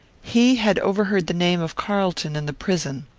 he had overheard the name of carlton in the prison.